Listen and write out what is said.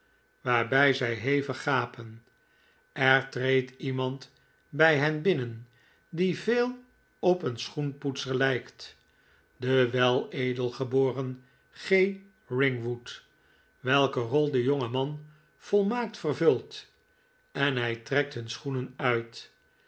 waarbij zij hevig gapen er treedt iemand bij hen binnen die veel op een schoenpoetser lijkt de weledelgeboren g ringwood welke rol de jonge man volmaakt vervult en hij trekt hun schoenen uit